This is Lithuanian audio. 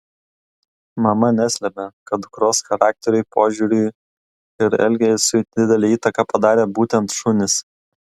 mama neslepia kad dukros charakteriui požiūriui ir elgesiui didelę įtaką padarė būtent šunys